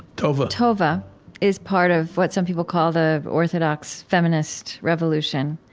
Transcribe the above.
tova tova is part of what some people call the orthodox feminist revolution.